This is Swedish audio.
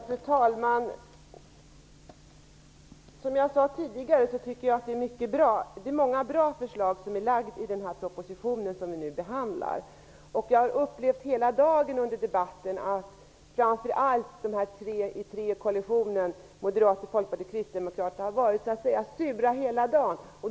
Fru talman! Som jag sade tidigare tycker jag att det är många bra förslag i den proposition som vi nu behandlar. Jag har upplevt under hela debatten att framför allt företrädarna för trekoalitionen Moderaterna, Folkpartiet och Kristdemokraterna har varit sura.